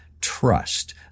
trust